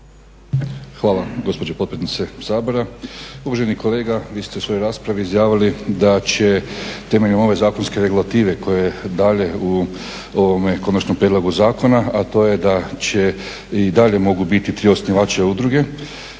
Hvala gospođo potpredsjednice Sabora. Uvaženi kolega, vi ste u svojoj raspravi izjavili da će temeljem ove zakonske regulative koje dalje u ovome konačnom prijedlogu zakona, a to je da će i dalje mogu biti tri osnivača udruge,